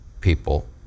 people